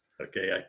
Okay